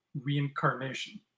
reincarnation